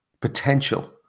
potential